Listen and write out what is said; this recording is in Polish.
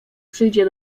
przyjdzie